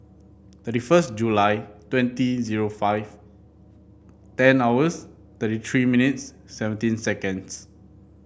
thirty first July twenty zero five ten hours thirty three minutes seventeen seconds